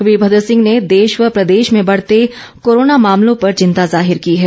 वीरमद्र सिंह ने देश व प्रदेश में बढ़ते कोरोना मामलों पर चिन्ता जाहिर की है